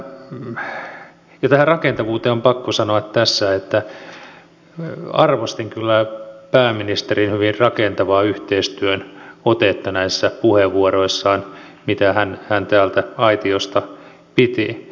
ja tähän rakentavuuteen on pakko sanoa tässä että arvostin kyllä pääministerin hyvin rakentavaa yhteistyön otetta näissä puheenvuoroissa joita hän täältä aitiosta piti